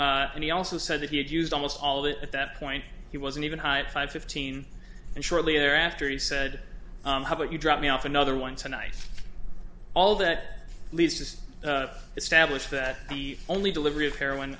day and he also said that he had used almost all of it at that point he wasn't even high at five fifteen and shortly thereafter he said how about you drop me off another one tonight all that leads to establish that the only delivery of heroin